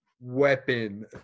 weapon